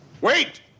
wait